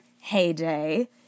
heyday